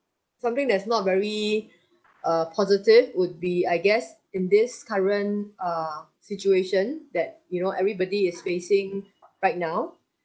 something that is not very uh positive would be I guess in this current err situation that you know everybody is facing right now